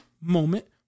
moment